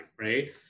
right